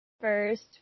First